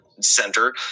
Center